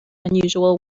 unusual